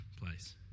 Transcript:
place